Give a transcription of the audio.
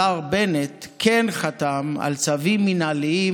השר בנט כן חתם על צווים מינהליים